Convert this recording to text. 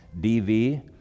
DV